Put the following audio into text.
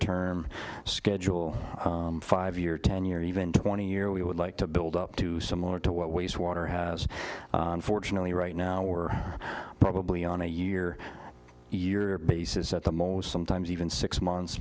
term schedule five year ten year even twenty year we would like to build up to similar to what wastewater has unfortunately right now we're probably on a year year basis at the most sometimes even six months